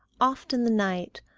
oft in the night,